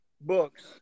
books